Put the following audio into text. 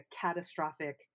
catastrophic